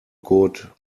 good